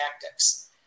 tactics